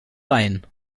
rein